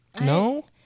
No